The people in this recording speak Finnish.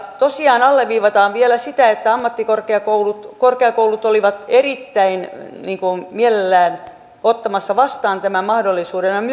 tosiaan alleviivataan vielä sitä että ammattikorkeakoulut olivat erittäin mielellään ottamassa vastaan tämän mahdollisuuden ja myös yliopistot